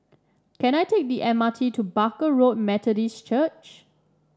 can I take the M R T to Barker Road Methodist Church